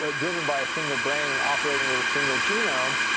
but driven by a single brain and operating with a single genome.